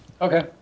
Okay